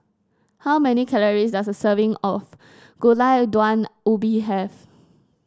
how many calories does a serving of Gulai Daun Ubi have